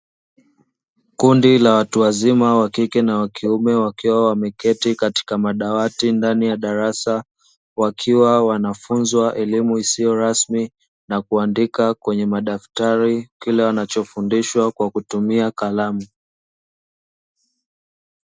Kundi la watu wazima, wa kike na wa kiume wakiwa wameketi katika madawati ndani ya darasa, wakiwa wanafunzwa elimu isiyo rasmi na kuandika kwenye madaftari kile wanachofundishwa kwa kutumia kalamu.